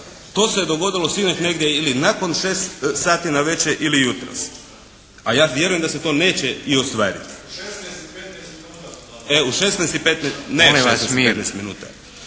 To se dogodilo sinoć negdje ili nakon šest sati navečer ili jutros. A ja vjerujem da se to neće ostvariti. …/Upadica se ne čuje./… Što